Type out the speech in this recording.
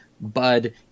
bud